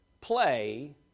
play